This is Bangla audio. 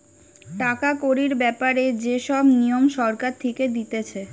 টাকা কড়ির ব্যাপারে যে সব নিয়ম সরকার থেকে দিতেছে